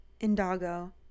indago